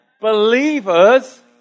Believers